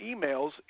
emails